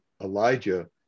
Elijah